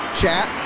chat